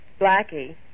Blackie